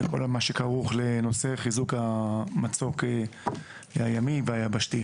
וכל מה שכרוך לנושא חיזוק המצוק הימי והיבשתי.